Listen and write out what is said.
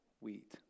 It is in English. wheat